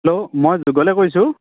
hello মই যুগলে কৈছোঁ